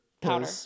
powder